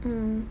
mm